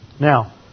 Now